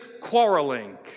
quarreling